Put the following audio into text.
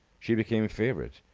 she became favourite.